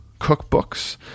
cookbooks